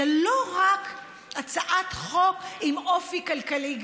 זאת לא רק הצעת חוק עם אופי כלכלי גרידא,